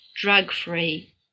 drug-free